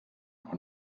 doch